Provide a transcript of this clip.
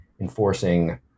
enforcing